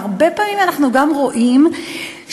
והרבה פעמים אנחנו גם רואים שהשיח,